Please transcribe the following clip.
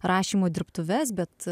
rašymo dirbtuves bet